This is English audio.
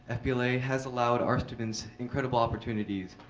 ah fbla has allowed our students incredible opportunities,